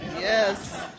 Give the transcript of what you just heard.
Yes